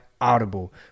Audible